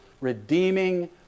redeeming